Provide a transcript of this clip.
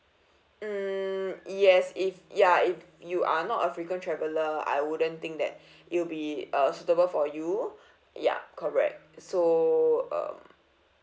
mm yes if ya if you are not a frequent traveler I wouldn't think that it'll be uh suitable for you ya correct so um